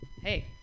Hey